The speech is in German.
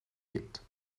gibt